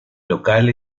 local